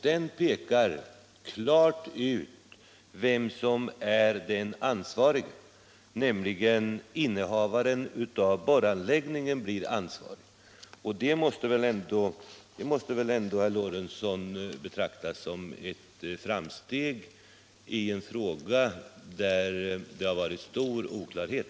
Den pekar klart ut vem som är den ansvarige, nämligen innehavaren av borranläggningen. Det måste väl ändå, herr Lorentzon, betraktas som ett framsteg i en fråga där det har rått stor oklarhet.